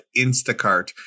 Instacart